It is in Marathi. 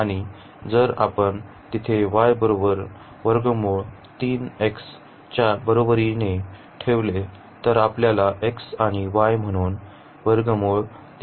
आणि जर आपण तिथे y च्या बरोबरीने ठेवले तर आपल्याला x आणि y म्हणून मिळेल